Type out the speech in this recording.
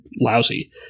lousy